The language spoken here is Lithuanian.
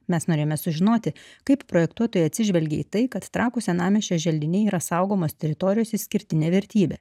mes norėjome sužinoti kaip projektuotojai atsižvelgė į tai kad trakų senamiesčio želdiniai yra saugomos teritorijos išskirtinė vertybė